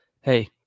hey